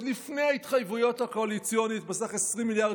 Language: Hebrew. עוד לפני ההתחייבויות הקואליציוניות בסך 20 מיליארד